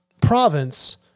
province